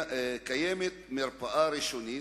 יש מרפאה ראשונית.